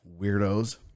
Weirdos